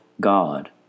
God